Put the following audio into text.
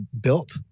built